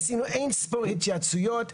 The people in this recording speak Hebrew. עשינו אינספור התייעצויות ותיקונים.